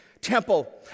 temple